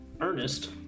Ernest